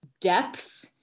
depth